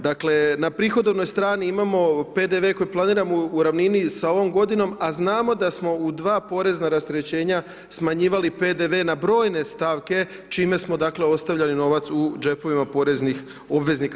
Dakle, na prihodovnoj strani imamo PDV koji planiramo u ravnini s ovom godinom, a znamo da smo u 2 porezna rasterećenja smanjivali PDV na brojne stavke čime smo dakle, ostavljali novac u džepovima poreznih obveznika.